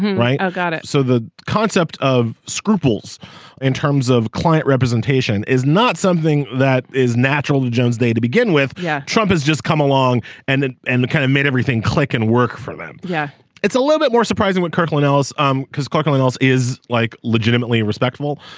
right. ah got it. so the concept of scruples in terms of client representation is not something that is natural. jones day to begin with yeah trump has just come along and and and kind of made everything click and work for them. yeah it's a little bit more surprising what kirkland ellis um because kakalios is like legitimately respectable.